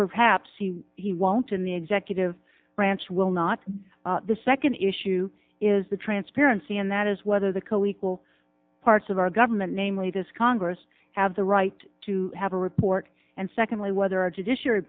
perhaps he he won't in the executive branch will not the second issue is the transparency and that is whether the co equal parts of our government namely this congress have the right to have a report and secondly whether our judicia